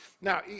Now